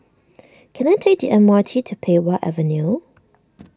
can I take the M R T to Pei Wah Avenue